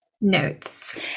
notes